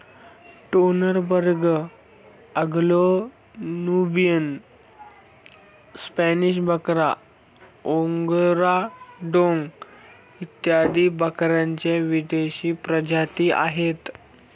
Toggenburg, Anglo Nubian, Spanish बकरा, Angora डोंग इत्यादी बकऱ्यांच्या विदेशी प्रजातीही आहेत